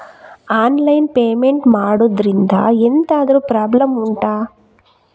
online payment ಮಾಡುದ್ರಿಂದ ಎಂತಾದ್ರೂ problem ಉಂಟಾ